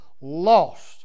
lost